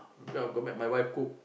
okay I go back my wife cook